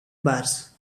bars